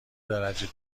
درجه